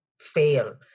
fail